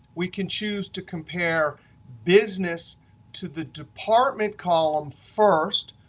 we can choose to compare business to the department column first.